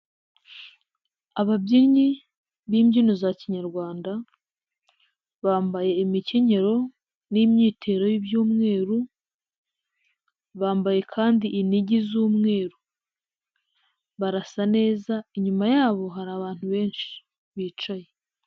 Ababyinnyi b'imbyino za kinyarwanda, bambaye imikenyero n'imyitero y'iby'umweru, bambaye kandi inigi z'umweru, barasa neza, inyuma yabo hari abantu benshi bicaye.